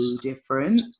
different